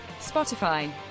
Spotify